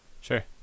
Sure